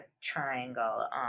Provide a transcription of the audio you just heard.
triangle